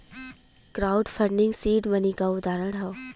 crowd funding seed money क उदाहरण हौ